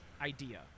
idea